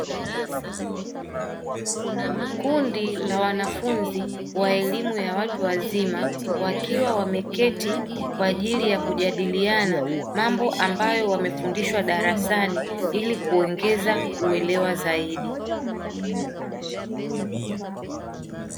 Kundi la wanafunzi wa elimu ya watu wazima wakiwa wameketi kwa ajili ya kujadiliana mambo ambayo wamefundishwa darasani ili kuongeza uelewa zaidi.